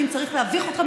ואם צריך להביך אתכם,